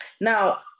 Now